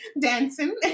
dancing